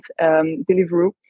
Deliveroo